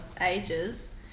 ages